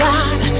God